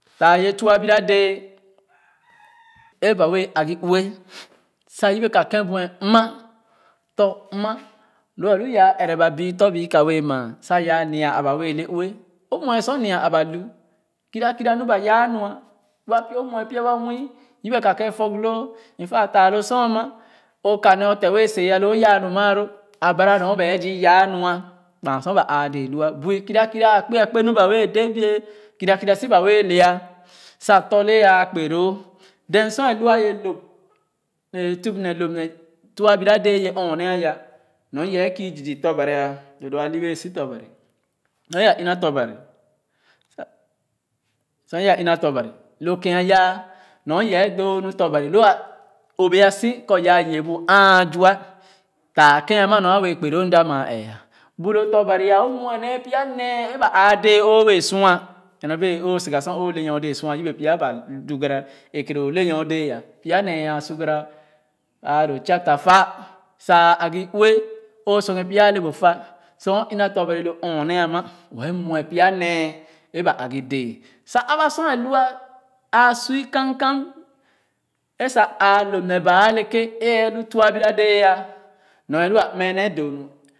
Taa ye tuah biradɛɛ é ba wɛɛ é ba wɛɛ agih ue sa yebe ka kèn buɛmma tɔ̃ bü ka wɛɛ maa sa yaa nya- aba le ue o mue sor nya- aba lu kera kira nu ba yaa nua wa o mwe pya wa nwü yeba ka kèn fog loo in fact taa lo sor ama o ka ne o te wɛɛ seya lo yaa nu maa loo abaa nu bɛ zü yaa nu ah kpaa sor ba áá déé lu zii kera kera ra kpé kpé nu ba wéεε dεε bie kera kera si ba wεε lεεah sa tɔ̃ le áá kpé loo then sor é lu ye lóp nee tup-ne- lōp ne tuah bira dɛɛ yɛ ɔɔne aya nɔr yɛ kii zii tɔ̃ Bań doo doo lo kèn ayah nɔr ye doo nu tɔ̃ Bań lo kén ayah nɔr ye doo nu tɔ̃ Bań lua dɔr nu tɔ̃ Bań lua obia si. kɔ yaa yii abu áá zua taa kèn ama nōr a wɛɛ kpe loo m da maa ɛɛ bu lo tɔ̃ Bań ah o mue nee pya nee é ba áá dɛɛ o wɛɛ sua nyorbee o siga sor o le nyordɛɛ sua yebe pya ba lu dugara é kere o le nyordɛɛ ha pya nee a sor gara ba ana dōō chatter fa sa áá aghe ue o sua ghe pya ale bu fa sor ìna tɔ̃ Bań lo nɔr-nee a ma wɛ mɛ pya nee é ba a gih dɛɛ sa aba sor é lua áá sor i kamkam é sa lop- nee- baa aleké é ɛɛ loo tuah biradɛɛ yah nɔr e lu a mɔɛ nee doo nu.